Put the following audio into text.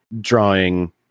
drawing